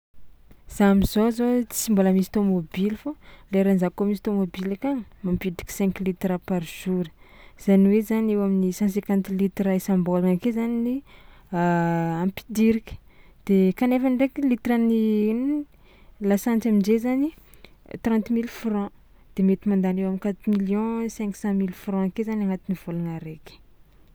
Za am'zao zao tsy mbola misy tômôbily fô leran'izaho kôa misy tômôbila akagny mampidriky cinq litres par jour zany hoe zany eo amin'ny cent cinquante litres isam-bôlagna ake zany ny ampidiriky de kanefany ndraiky litre-n'ny in- lasantsy amin-jay zany trente milles francs de mety mandany eo am'quatre millions cinq cent milles francs ake zany agnatin'ny vôlagna araiky.